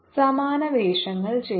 സമാന വേഷങ്ങൾ ചെയ്യുന്നു